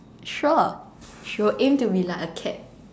sure she will aim to be like a cat